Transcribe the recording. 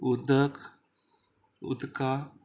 उदक उदका